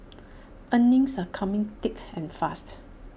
earnings some coming thick and fast